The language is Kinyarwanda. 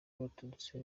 baturutse